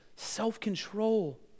self-control